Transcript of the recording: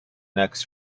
next